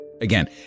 Again